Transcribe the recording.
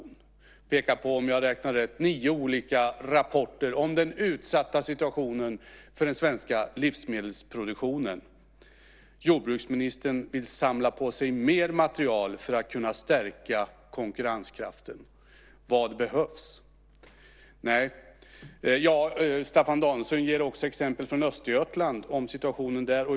Han pekar på, om jag räknat rätt, nio olika rapporter om den utsatta situationen för den svenska livsmedelsproduktionen. Jordbruksministern vill samla på sig mer material för att kunna stärka konkurrenskraften. Vad behövs? Staffan Danielsson ger också exempel från Östergötland och om situationen där.